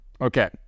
Okay